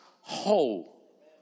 whole